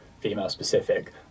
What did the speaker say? female-specific